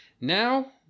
Now